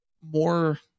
more